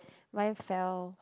mine fell